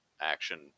action